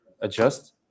adjust